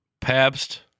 Pabst